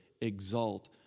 exalt